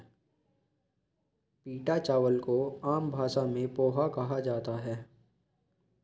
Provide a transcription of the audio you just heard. पीटा चावल को आम भाषा में पोहा कहा जाता है